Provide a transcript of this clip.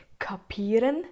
Kapieren